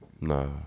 nah